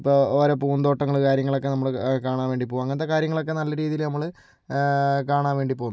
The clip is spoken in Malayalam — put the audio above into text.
ഇപ്പോൾ ഓരോ പൂന്തോട്ടങ്ങൾ കാര്യങ്ങളൊക്കെ നമ്മൾ കാണാൻ വേണ്ടി പോവും അങ്ങനത്തെ കാര്യങ്ങളൊക്കെ നല്ല രീതിയിൽ നമ്മൾ കാണാൻ വേണ്ടി പോവും